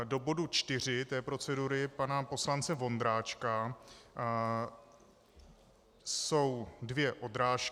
Do bodu 4 procedury pana poslance Vondráčka jsou dvě odrážky.